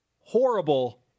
horrible